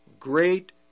Great